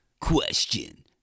Question